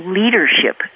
leadership